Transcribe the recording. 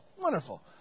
Wonderful